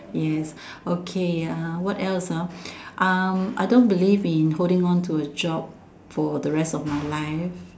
yes okay ya what else ah I don't believe in holding onto a job for the rest of my life